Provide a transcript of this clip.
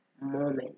moment